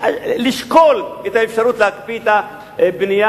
לשקול את האפשרות להקפיא את הבנייה